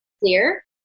clear